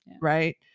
right